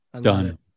Done